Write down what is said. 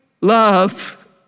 love